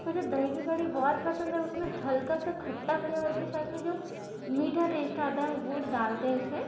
मुझे दही की कढ़ी बहुत पसंद है उसमें हल्का सा खट्टा दही और उसके साथ में जो मीठा टेस्ट आता है गुड़ डालते हैं उसमें